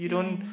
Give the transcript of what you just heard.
mm